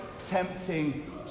tempting